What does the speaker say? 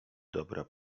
dobra